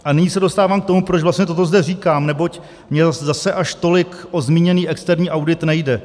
A nyní se dostávám k tomu, proč vlastně toto zde říkám, neboť mi zase až tolik o zmíněný externí audit nejde.